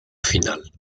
final